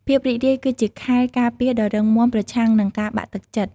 ភាពរីករាយគឺជាខែលការពារដ៏រឹងមាំប្រឆាំងនឹងការបាក់ទឹកចិត្ត។